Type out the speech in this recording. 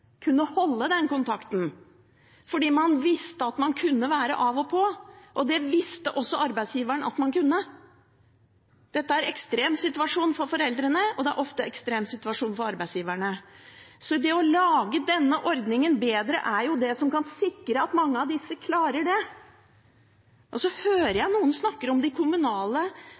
kunne holde den kontakten – man visste at man kunne være av og på. Det visste også arbeidsgiveren at man kunne. Dette er ekstremsituasjoner for foreldrene, og det er ofte ekstremsituasjoner for arbeidsgiverne. Så å lage denne ordningen bedre er jo det som kan sikre at mange av disse klarer det. Så hører jeg noen snakke om de kommunale